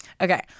Okay